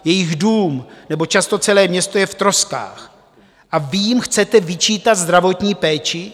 Jejich dům nebo často celé město je v troskách a vy jim chcete vyčítat zdravotní péči?